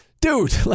dude